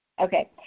Okay